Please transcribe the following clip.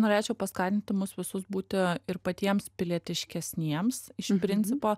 norėčiau paskatinti mus visus būti ir patiems pilietiškesniems iš principo